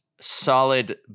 solid